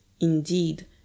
indeed